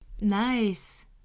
Nice